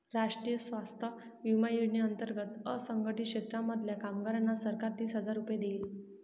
राष्ट्रीय स्वास्थ्य विमा योजने अंतर्गत असंघटित क्षेत्रांमधल्या कामगारांना सरकार तीस हजार रुपये देईल